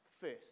first